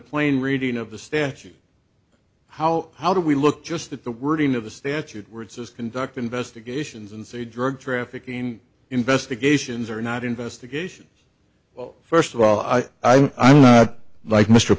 plane reading of the statute how how do we look just at the wording of the statute we're just conduct investigations and say drug trafficking investigations are not investigation well first of all i i i'm not like m